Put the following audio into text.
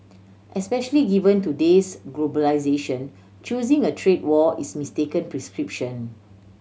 especially given today's globalisation choosing a trade war is mistaken prescription